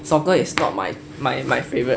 soccer is not my my my favourite